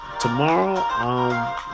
tomorrow